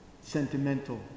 sentimental